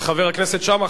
חבר הכנסת שאמה,